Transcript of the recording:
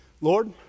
Lord